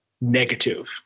negative